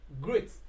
Great